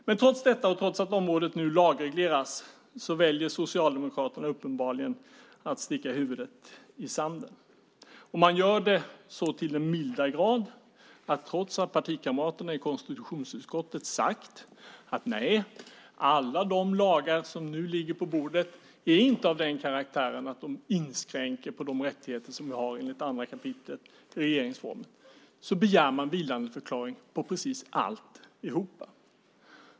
Men trots detta, och trots att området nu lagregleras, väljer Socialdemokraterna uppenbarligen att sticka huvudet i sanden. Man gör det så till den milda grad att trots att partikamraterna i konstitutionsutskottet sagt att inte alla de lagar som nu ligger på bordet är av den karaktären att de inskränker på de rättigheter vi har enligt 2 kap. regeringsformen begär man vilandeförklaring på precis alltihop.